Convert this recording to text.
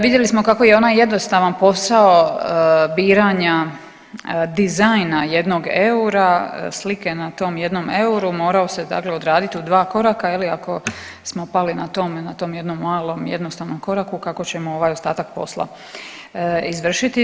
Vidjeli smo kako je i onaj jednostavan posao biranja dizajna jednog eura, slike na tom jednom euro morao se dakle odraditi u dva koraka je li ako smo pali na tom, na tom jednom malom jednostavnom koraku kako ćemo ovaj ostatak posla izvršiti.